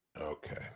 Okay